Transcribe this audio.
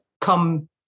come